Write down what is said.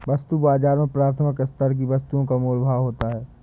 वस्तु बाजार में प्राथमिक स्तर की वस्तुओं का मोल भाव होता है